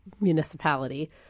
municipality